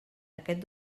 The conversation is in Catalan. aquest